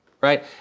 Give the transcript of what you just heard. right